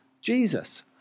Jesus